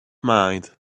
mind